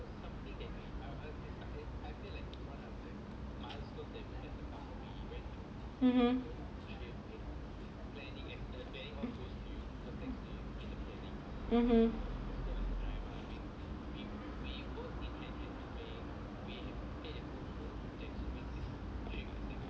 (uh huh)